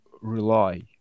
rely